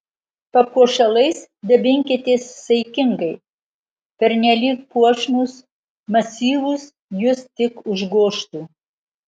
papuošalais dabinkitės saikingai pernelyg puošnūs masyvūs jus tik užgožtų